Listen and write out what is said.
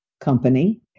company